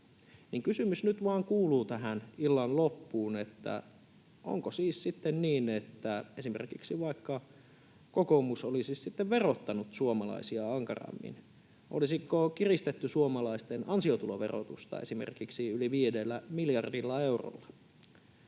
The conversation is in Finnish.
Kysymys nyt vaan kuuluu tähän illan loppuun: onko siis sitten niin, että esimerkiksi vaikka kokoomus olisi verottanut suomalaisia ankarammin, olisiko kiristetty esimerkiksi suomalaisten ansiotuloverotusta yli viidellä miljardilla eurolla?